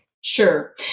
Sure